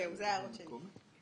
אלה ההערות שלי.